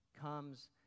comes